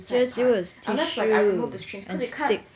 just use a tissue and stick